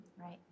right